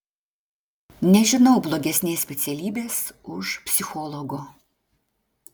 nežinau blogesnės specialybės už psichologo